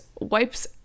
wipes